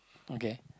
okay